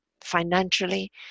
financially